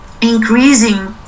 increasing